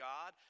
God